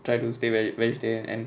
try to stay vege~ vegetarian and